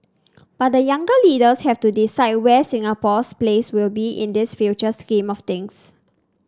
but the younger leaders have to decide where Singapore's place will be in this future scheme of things